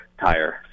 tire